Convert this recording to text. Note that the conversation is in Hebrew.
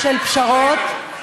ובצבא הבריטי,